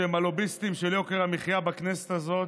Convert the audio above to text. שהם הלוביסטים של יוקר המחיה בכנסת הזאת,